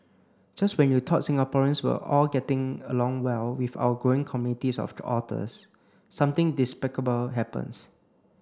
just when you thought Singaporeans were all getting along well with our growing communities of otters something despicable happens